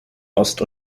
ost